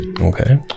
Okay